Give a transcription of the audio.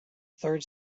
third